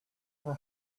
her